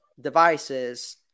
devices